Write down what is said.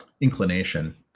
inclination